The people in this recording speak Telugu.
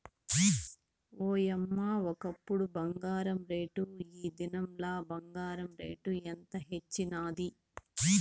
ఓయమ్మ, ఒకప్పుడు బంగారు రేటు, ఈ దినంల బంగారు రేటు ఎంత హెచ్చైనాది